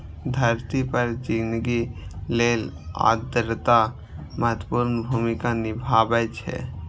धरती पर जिनगी लेल आर्द्रता महत्वपूर्ण भूमिका निभाबै छै